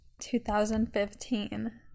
2015